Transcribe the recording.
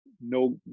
no